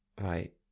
right